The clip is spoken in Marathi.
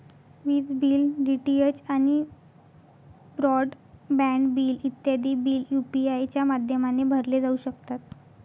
विज बिल, डी.टी.एच आणि ब्रॉड बँड बिल इत्यादी बिल यू.पी.आय च्या माध्यमाने भरले जाऊ शकतात